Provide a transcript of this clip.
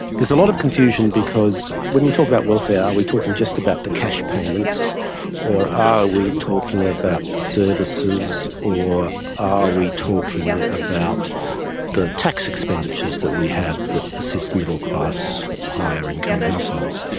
there's a lot of confusion, because when we talk about welfare are we talking just about the cash payments or are we talking about the services or are we talking about the tax expenditures that we have that assist middle-class higher-income households?